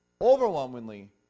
overwhelmingly